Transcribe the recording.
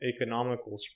economical